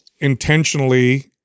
intentionally